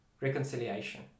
reconciliation